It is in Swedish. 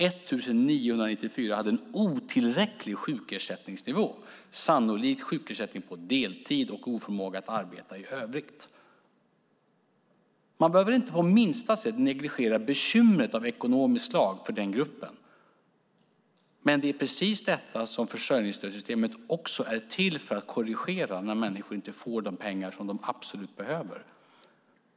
1 994 personer hade en otillräcklig sjukersättningsnivå, sannolikt sjukersättning på deltid och oförmåga att arbeta i övrigt. Man behöver inte på minsta sätt negligera bekymret av ekonomiskt slag för den gruppen, men det är precis det som försörjningsstödssystemet också är till för att korrigera, alltså när människor inte får de pengar som de absolut behöver.